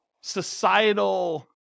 societal